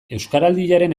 euskaraldiaren